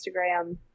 Instagram